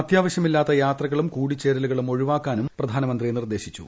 അത്യാവശ്യമില്ലാത്ത യാത്രകളും കൂടിച്ചേരലുകളും ഒഴിവാക്കാനും പ്രധാനമന്ത്രി നിർദ്ദേശിച്ചു